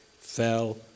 fell